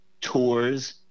tours